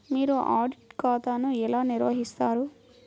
మీరు ఆడిట్ ఖాతాను ఎలా నిర్వహిస్తారు?